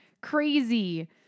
crazy